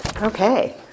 Okay